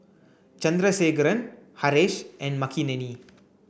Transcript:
Chandrasekaran Haresh and Makineni